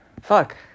fuck